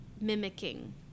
mimicking